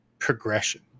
progression